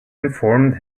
informed